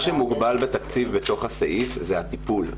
מה שמוגבל בתקציב בתוך הסעיף זה הטיפול,